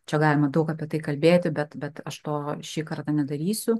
čia galima daug apie tai kalbėti bet bet aš to šį kartą nedarysiu